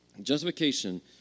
Justification